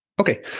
Okay